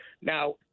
Now